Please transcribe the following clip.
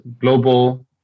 global